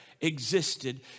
existed